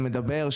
מדבר,